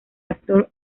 actor